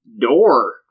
door